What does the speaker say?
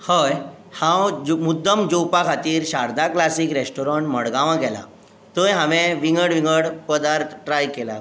हय हांव मुद्दम जेवपा खातीर शारदा क्लासीक रेस्टॉरंट मडगांवां गेला थंय हांवें विंगड विंगड पदार्थ ट्राय केल्यात